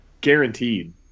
Guaranteed